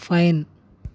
fine